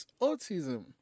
autism